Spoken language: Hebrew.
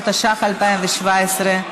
התשע"ח 2017,